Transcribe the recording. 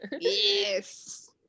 Yes